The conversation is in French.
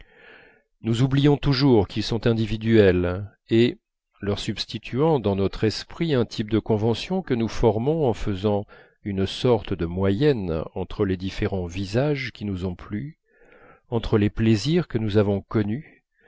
nous oublions toujours qu'ils sont individuels et leur substituant dans notre esprit un type de convention que nous formons en faisant une sorte de moyenne entre les différents visages qui nous ont plu entre les plaisirs que nous avons connus